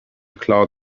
cloud